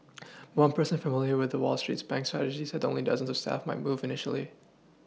one person familiar with the Wall street bank's strategy said that only dozens of staff might move initially